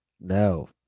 no